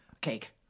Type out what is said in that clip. cake